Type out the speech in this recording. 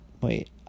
Wait